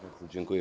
Bardzo dziękuję.